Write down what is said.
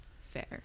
Fair